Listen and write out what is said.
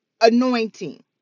anointing